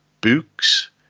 books